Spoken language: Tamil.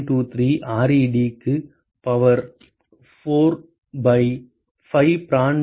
23ReD க்கு பவர் 4 பை 5 பிராண்ட்டலின் பவர் 0